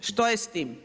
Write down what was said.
Što je s tim?